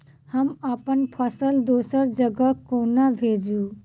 हम अप्पन फसल दोसर जगह कोना भेजू?